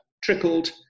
trickled